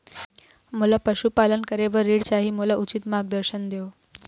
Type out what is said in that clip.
मोला पशुपालन करे बर ऋण चाही, मोला उचित मार्गदर्शन देव?